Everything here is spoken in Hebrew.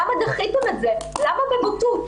למה דחיתם את זה, למה בבוטות?